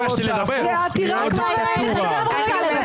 --- דיברו את זמן הדיבור שהם --- דקה.